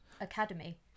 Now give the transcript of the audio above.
academy